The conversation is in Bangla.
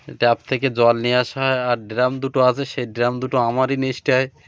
ট্যাপ থেকে জল নিয়ে আসা হয় আর ড্রাম দুটো আছে সেই ড্রাম দুটো আমারই নিশ্চয়